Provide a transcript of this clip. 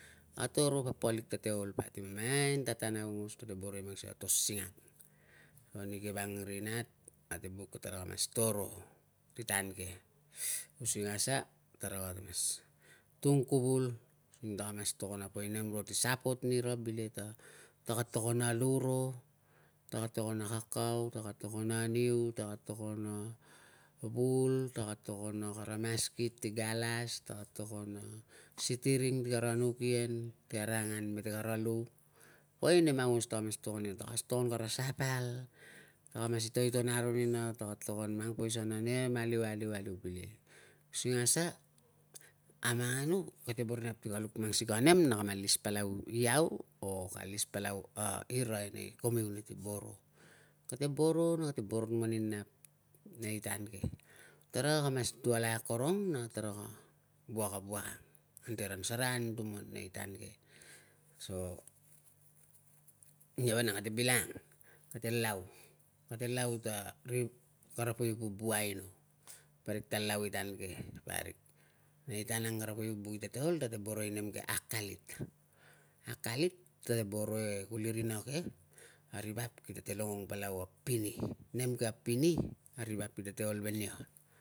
A to ro papalik kate ol vali mamain ta tan aungos. Kate boro i mang sikei a to singak. A nike vang ri nat, ate buk ni tara mas to ro, ti tan ke using asa, tara kate mas tung kuvul, tara mas tokon na poi nem ro si support nira bile ta taka tokon a lu ro, taka tokon a kakau, taka tokon a niu, taka tokon a lu ro, taka tokon a kara maskit ti galas, taka tokon a sitiring ti karan uk ien ti kara angan mete kara lu. Poi nem aungos takara mas tokon ia. Taka mas tokon kara sapal, taka mas itoiton aro nina, taka mas tokon mang poisa na nem aliu, aliu, aliu bile. Using a sa? A manganu kate boro inap ta ka luk mang sikei a nem a kame alis palau iau o ka alis palau ira nei community, boro. Kate boro na kate boro ani nap nei tan ke. Taraka mas dualai akorong na taraka wuak a wuak ang anti karan sarai anutuman nei tan ke. So nia vanang kate bilangang. Kate lau, kate lau we kara poi vubu aino, parik ta lau i tan ke, parik. Nei tan ang, kara poi vubu kite ol, kate boro i nem ke akalit. Akalit kate boro e kuli rina ke, a ri vap kita te longong palau a pini. Nem ke a pini, a ri vap kitate ol ve nia.